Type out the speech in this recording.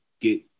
get